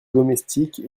domestiques